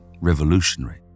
revolutionary